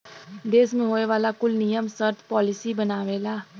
देस मे होए वाला कुल नियम सर्त पॉलिसी बनावेला